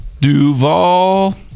Duval